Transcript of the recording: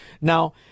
Now